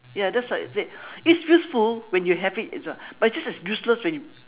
ya that's what I said it's useful when you have it it's not but it's just as useless when you